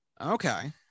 okay